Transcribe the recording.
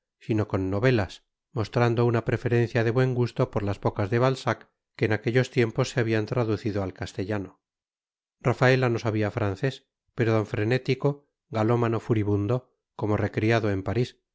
sino con novelas mostrando una preferencia de buen gusto por las pocas de balzac que en aquellos tiempos se habían traducido al castellano rafaela no sabía francés pero don frenético galómano furibundo como recriado en parís